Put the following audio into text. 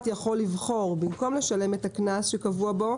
יכול לבחור במקום לשלם את הקנס שקבוע בו,